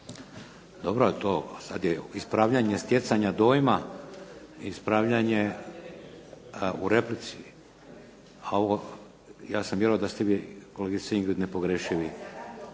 Dobro, ali to sad je ispravljanje stjecanja dojma. Ispravljanje u replici, a ja sam vjerovao da ste vi kolegice Ingrid nepogrešiva,